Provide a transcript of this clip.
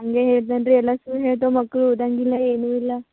ಹಾಗೆ ಹೇಳ್ತಾನೆ ರೀ ಎಲ್ಲ ಸುಳ್ಳು ಹೇಳ್ತಾವೆ ಮಕ್ಕಳು ಓದೊಂಗಿಲ್ಲ ಏನು ಇಲ್ಲ